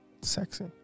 Sexy